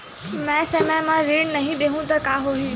मैं समय म ऋण नहीं देहु त का होही